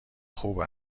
خوب